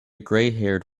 grayhaired